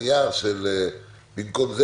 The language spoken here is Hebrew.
במקום זה,